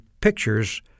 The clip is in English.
pictures